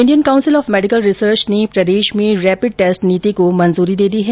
Indian council of medical research ने प्रदेश में रेपिड टेस्ट नीति को मंजूरी दे दी है